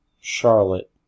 Charlotte